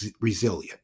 resilient